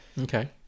Okay